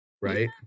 right